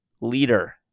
leader